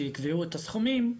שיקבעו את הסכומים,